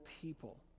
people